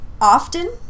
often